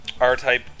R-type